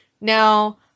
Now